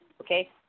okay